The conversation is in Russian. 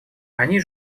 они